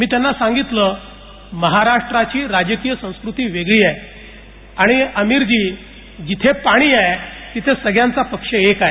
मी त्यांना सांगितले महाराष्ट्राची राजकीय संस्कृती वेगळी आहे याणि आमीरजी जिथे पाणी आहे तिथे सगळ्यांचा पक्ष एक आहे